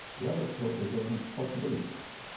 the other cook is open to possibilities.